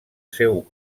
seu